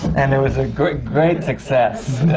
and it was a great great success!